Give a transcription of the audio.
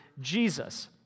Jesus